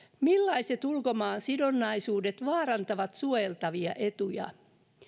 millaiset ulkomaansidonnaisuudet vaarantavat suojeltavia etuja